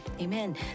amen